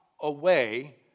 away